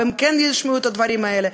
והם כן ישמעו את הדברים האלה,